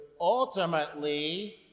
ultimately